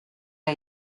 der